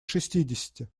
шестидесяти